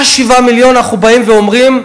על 7 המיליון אנחנו באים ואומרים,